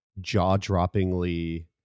jaw-droppingly